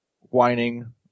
whining